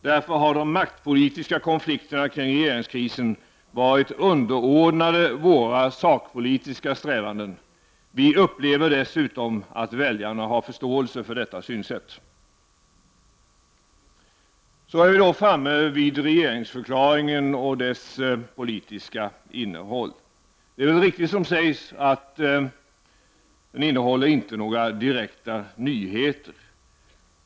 Därför har de maktpolitiska konflikterna kring regeringskrisen varit underordnade våra sakpolitiska strävanden. Vi i centern upplever dessutom att väljarna har förståelse för detta synsätt. Så är vi då framme vid regeringsförklaringen och dess politiska innehåll. Det är väl riktigt som sägs att den inte innehåller några direkta nyheter.